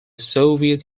soviet